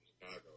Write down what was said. Chicago